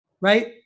Right